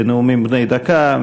בנאומים בני דקה,